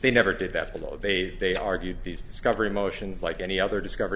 they never did that fellow they they argued these discovery motions like any other discover